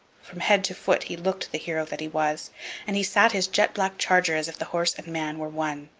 from head to foot he looked the hero that he was and he sat his jet-black charger as if the horse and man were one.